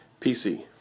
PC